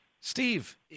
Steve